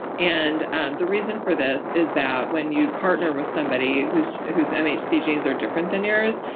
and and the reason for this is that when you partner with somebody who's who's mhc genes are different than yours,